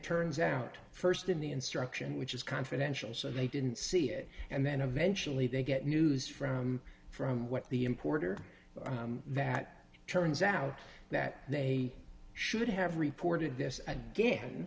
turns out st in the instruction which is confidential so they didn't see it and then eventually they get news from from what the importer that turns out that they should have reported this again